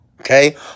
Okay